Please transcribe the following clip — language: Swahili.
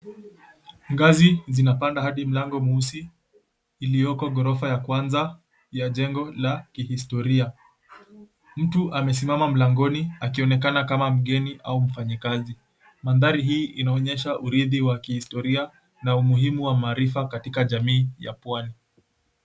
Ngazi zinapanda hadi mlango mweusi iliyoko gorofa ya kwanza ya jengo la kihistoria, mtu amesimama mlangoni akionekana kama mgeni au mfanyikazi. Mandhari hii inaonyesha urithi wa kihistoria na umuhimu wa maarifa katika jamii ya pwani.